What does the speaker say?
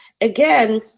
again